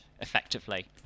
effectively